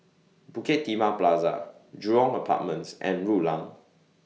Bukit Timah Plaza Jurong Apartments and Rulang